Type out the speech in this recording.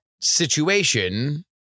situation